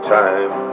time